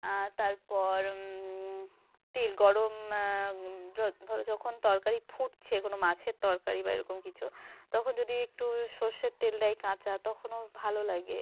আর তারপর তেল গরম ধরো যখন তরকারি ফুটছে কোনো মাছের তরকারি বা এরকম কিছু তখন যদি একটু সরষের তেল দেয় কাঁচা তখনও ভালো লাগে